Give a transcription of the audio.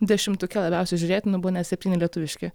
dešimtuke labiausiai žiūrėtinų buvo net septyni lietuviški